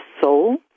soul